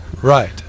right